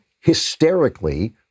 hysterically